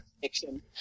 fiction